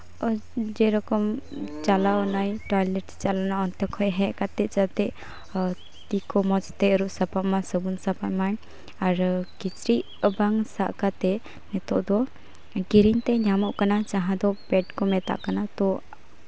ᱡᱮᱨᱚᱠᱚᱢ ᱪᱟᱞᱟᱣᱱᱟᱭ ᱴᱚᱭᱞᱮᱴ ᱪᱟᱞᱟᱣᱱᱟ ᱚᱱᱛᱮ ᱠᱷᱚᱱ ᱦᱮᱡ ᱠᱟᱛᱮ ᱡᱟᱛᱮ ᱛᱤ ᱠᱚ ᱢᱚᱡᱽ ᱛᱮ ᱟᱹᱨᱩᱵ ᱥᱟᱯᱷᱟᱜ ᱢᱟ ᱥᱟᱵᱚᱱ ᱥᱟᱯᱷᱟᱜ ᱢᱟ ᱟᱨ ᱠᱤᱪᱨᱤᱪ ᱠᱚᱵᱟᱝ ᱥᱟᱵ ᱠᱟᱛᱮ ᱱᱤᱛᱚᱜ ᱫᱚ ᱠᱤᱨᱤᱧ ᱛᱮ ᱧᱟᱢᱚᱜ ᱠᱟᱱᱟ ᱡᱟᱦᱟᱸ ᱫᱚ ᱯᱮᱰ ᱠᱚ ᱢᱮᱛᱟᱜ ᱠᱟᱱᱟ ᱛᱚ